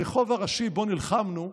ברחוב הראשי שבו נלחמנו,